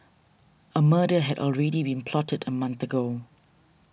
a murder had already been plotted a month ago